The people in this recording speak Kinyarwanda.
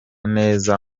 neza